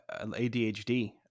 ADHD